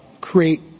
create